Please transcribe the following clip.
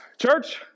Church